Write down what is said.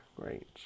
Great